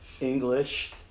English